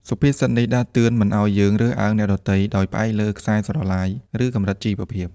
សុភាសិតនេះដាស់តឿនមិនឱ្យយើងរើសអើងអ្នកដទៃ ដោយផ្អែកលើខ្សែស្រឡាយ ឬកម្រិតជីវភាព។